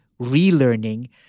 relearning